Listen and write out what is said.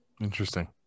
Interesting